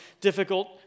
difficult